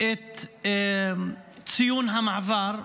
את ציון המעבר.